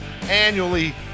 annually